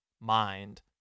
mind